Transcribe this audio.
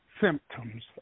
symptoms